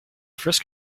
frisk